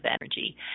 energy